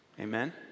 amen